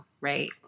right